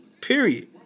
Period